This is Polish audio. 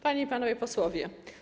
Panie i Panowie Posłowie!